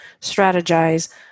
strategize